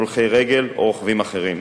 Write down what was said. הולכי רגל או רוכבים אחרים.